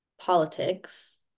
politics